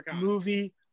movie